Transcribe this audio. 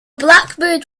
blackbird